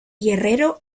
guerrero